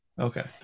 Okay